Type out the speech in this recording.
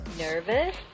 Nervous